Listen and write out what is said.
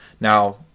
Now